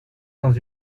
dans